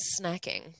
snacking